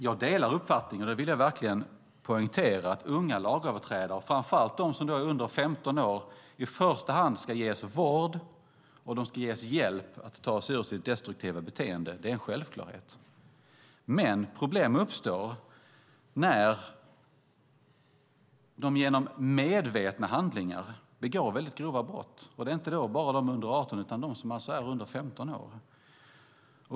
Jag delar uppfattningen, det vill jag verkligen poängtera, att unga lagöverträdare, framför allt de som är under 15 år, i första hand ska ges vård och hjälp att ta sig ur det destruktiva beteendet. Det är en självklarhet. Men problem uppstår när man genom medvetna handlingar begår mycket grova brott. Då gäller det inte enbart den som är under 18 år utan också den som alltså är under 15 år.